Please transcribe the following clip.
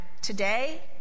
today